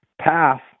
path